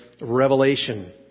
revelation